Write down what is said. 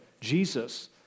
Jesus